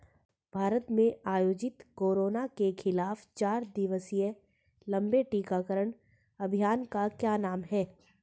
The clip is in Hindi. भारत में आयोजित कोरोना के खिलाफ चार दिवसीय लंबे टीकाकरण अभियान का क्या नाम है?